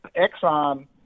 Exxon